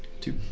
Two